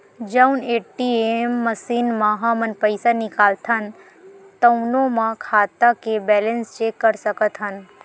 जउन ATM machine म हमन पइसा निकालथन तउनो म खाता के बेलेंस चेक कर सकत हन